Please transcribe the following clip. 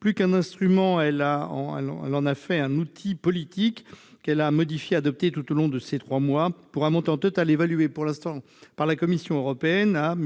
Plus qu'un instrument, elle en a fait un outil politique qu'elle a modifié et adapté tout au long de ces trois derniers mois, pour un montant total évalué pour l'instant par la Commission européenne à 1